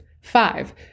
Five